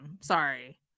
Sorry